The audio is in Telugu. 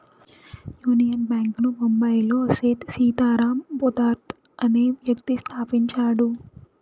యూనియన్ బ్యాంక్ ను బొంబాయిలో సేథ్ సీతారాం పోద్దార్ అనే వ్యక్తి స్థాపించాడు